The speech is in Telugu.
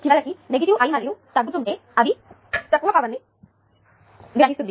చివరికి నెగిటివ్ I మరియు తగ్గుతుంటే అది తక్కువ పవర్ ని గ్రహిస్తుంది